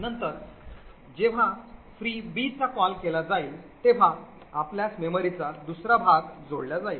नंतर जेव्हा free b चा कॉल केला जाईल तेव्हा आपल्यास मेमरीचा दुसरा भाग जोडला जाईल